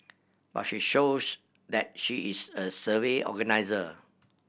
but she shows that she is a savvy organiser